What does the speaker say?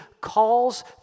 calls